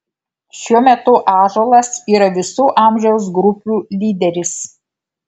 šiuo metu ąžuolas yra visų amžiaus grupių lyderis